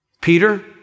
Peter